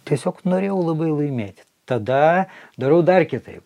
tiesiog norėjau labai laimėti tada darau dar kitaip